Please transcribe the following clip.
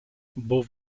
both